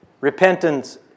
Repentance